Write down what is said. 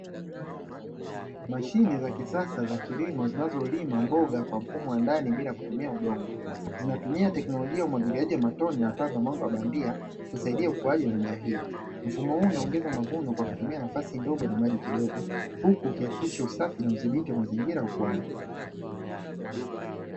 Mashine za kisasa zinazolima mboga ndani bila kutumia udongo, zinatumika teknolojia ya umwagiliaji wa matone na taa za mwanga bandia kusaidia ukuaji wa mimea hiyo. Mfumo hii inaongeza mavuno kwa kutumia nafasi ndogo na maji kidogo huku ikihakikisha usafi na udhibiti wa mazingira ya ukuaji.